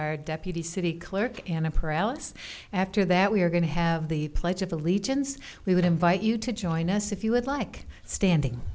our deputy city clerk and a paralysis after that we are going to have the pledge of allegiance we would invite you to join us if you would like standing